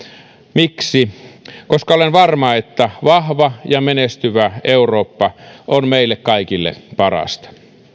miksi koska olen varma että vahva ja menestyvä eurooppa on meille kaikille parasta